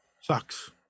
Sucks